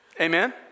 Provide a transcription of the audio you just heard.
Amen